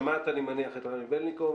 שמעת אני מניח את רמי בלניקוב.